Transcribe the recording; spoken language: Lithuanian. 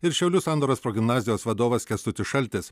ir šiaulių sandoros progimnazijos vadovas kęstutis šaltis